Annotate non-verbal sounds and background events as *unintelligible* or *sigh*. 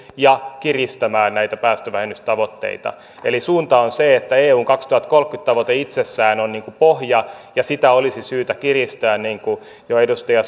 ja kiristämään näitä päästövähennystavoitteita eli suunta on se että eun kaksituhattakolmekymmentä tavoite itsessään on pohja ja sitä olisi syytä kiristää niin kuin jo edustaja *unintelligible*